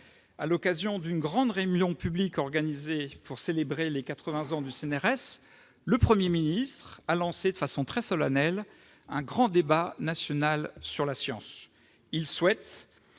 à l'occasion d'une grande réunion publique organisée pour célébrer les 80 ans du CNRS, le Premier ministre a lancé, de façon très solennelle, un grand débat national sur la science. Il le souhaite